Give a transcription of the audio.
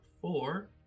four